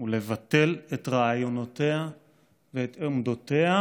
ולבטל את רעיונותיה ואת עמדותיה,